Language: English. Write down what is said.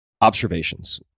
observations